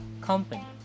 company